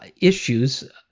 issues